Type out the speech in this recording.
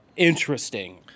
interesting